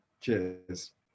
cheers